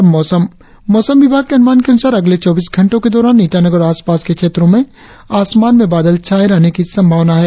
और अब मौसम मौसम विभाग के अनुमान के अनुसार अगले चौबीस घंटो के दौरान ईटानगर और आसपास के क्षेत्रो में आसमान में बादल छाये रहने की संभावना है